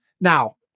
Now